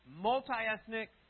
multi-ethnic